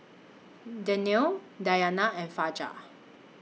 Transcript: Danial Dayana and Fajar